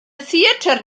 theatr